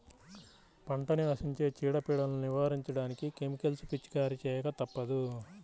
పంటని ఆశించే చీడ, పీడలను నివారించడానికి కెమికల్స్ పిచికారీ చేయక తప్పదు